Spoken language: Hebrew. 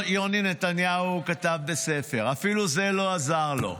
הוא כתב בסתר, זה אפילו לא עזר לו.